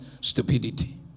stupidity